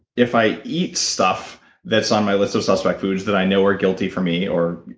if i eat stuff that's on my list of suspect foods that i know are guilty for me, or,